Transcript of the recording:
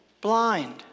blind